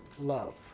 love